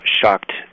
shocked